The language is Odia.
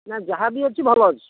ନା ଯାହାବି ଅଛି ଭଲ ଅଛି